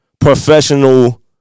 Professional